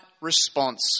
response